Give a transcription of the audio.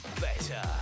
better